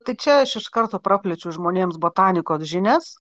tai čia aš iš karto praplėčiau žmonėms botanikos žinias